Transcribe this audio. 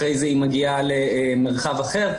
אחרי זה היא מגיעה למרחב אחר.